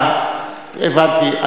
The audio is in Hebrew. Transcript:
אה, הבנתי.